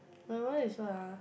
my one is what ah